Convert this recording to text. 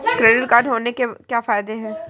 Credit card होने के क्या फायदे हैं?